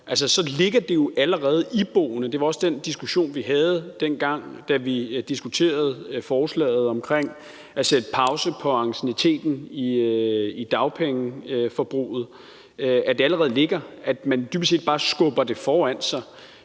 ligger det der jo allerede iboende – det var også den diskussion, vi havde, dengang vi diskuterede forslaget om at sætte pause på ancienniteten i dagpengeforbruget, altså at det allerede ligger der, at man dybest set bare skubber det foran sig;